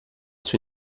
suo